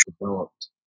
developed